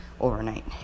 overnight